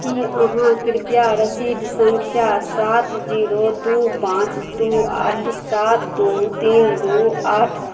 कि अहाँ कृपया रसीद सँख्या सात जीरो दुइ पाँच दुइ आठ सात दुइ तीन दुइ आठ